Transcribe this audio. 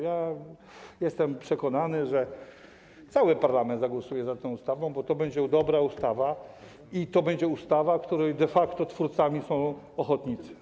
Ja jestem przekonany, że cały parlament zagłosuje za tą ustawą, bo to będzie dobra ustawa i to będzie ustawa, której de facto twórcami są ochotnicy.